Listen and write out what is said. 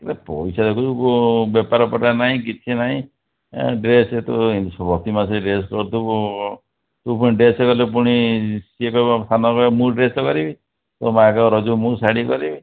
ଏଇ ବା ପଇସା ଦେଖୁଛୁ ସବୁ ବେପାର ପଟା ନାହିଁ କିଛି ନାହିଁ ଡ୍ରେସ୍ ତୁ ସବୁ ପ୍ରତି ମାସରେ ଡ୍ରେସ୍ କରୁଥିବୁ ତୁ ପୁଣି ଡ୍ରେସ୍ କଲେ ପୁଣି ସେ କହିବ ସାନ କହିବ ମୁଁ ଡ୍ରେସ୍ଟେ କରିବି ତୋ ମା' କହିବ ରଜକୁ ମୁଁ ଶାଢ଼ୀ କରିବି